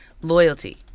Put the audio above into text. Loyalty